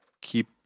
keep